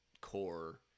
core